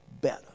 better